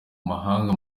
mahanga